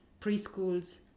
preschools